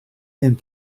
and